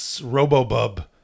RoboBub